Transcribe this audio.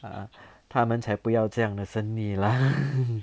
err 他们才不要这样的生意 lah